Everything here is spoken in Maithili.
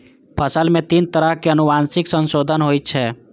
फसल मे तीन तरह सं आनुवंशिक संशोधन होइ छै